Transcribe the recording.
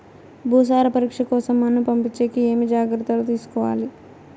భూసార పరీక్ష కోసం మన్ను పంపించేకి ఏమి జాగ్రత్తలు తీసుకోవాలి?